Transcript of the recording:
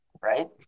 right